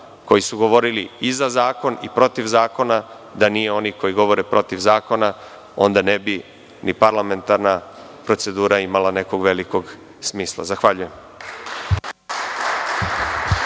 koji su govorili i za zakon i protiv zakona. Jer, da nije onih koji govore protiv zakona onda ne bi ni parlamentarna procedura imala nekog velikog smisla. Zahvaljujem.